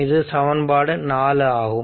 இது சமன்பாடு 4 ஆகும்